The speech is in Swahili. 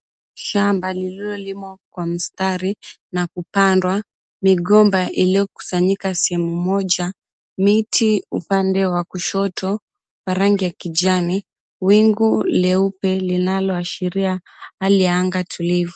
Shamba lililolimwa kwa mstari na kupandwa migomba iliokusanyika sehemu moja, miti upande wa kushoto ya rangi ya kijani, wingu leupe linaloashiria hali ya anga tulivu.